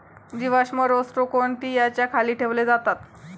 जीवाश्म रोस्ट्रोकोन्टि याच्या खाली ठेवले जातात